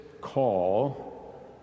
call